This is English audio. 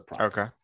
okay